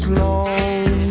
long